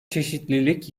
çeşitlilik